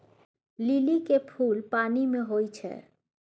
लिली के फुल पानि मे होई छै